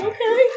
Okay